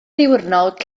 ddiwrnod